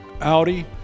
Audi